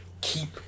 Keep